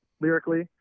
lyrically